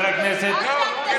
לוועדת חוקה.